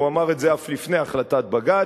והוא אמר את זה אף לפני החלטת בג"ץ,